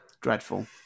Dreadful